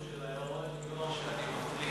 לכספים?